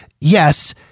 yes